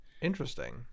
interesting